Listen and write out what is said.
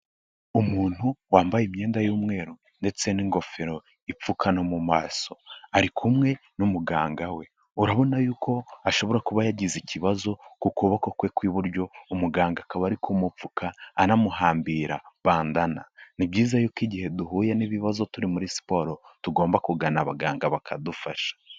Umuntu wambaye imyenda y'umweru ndetse n'ingofero ipfuka no mu maso, ari kumwe n'umuganga we, urabona yuko ashobora kuba yagize ikibazo ku kuboko kwe kw'iburyo umuganga akaba ari kumupfuka anamuhambira bandana, ni byiza yuko igihe duhuye n'ibibazo turi muri siporo tugomba kugana abaganga bakadufasha.